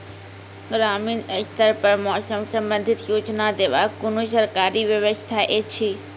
ग्रामीण स्तर पर मौसम संबंधित सूचना देवाक कुनू सरकारी व्यवस्था ऐछि?